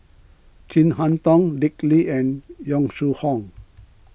Chin Harn Tong Dick Lee and Yong Shu Hoong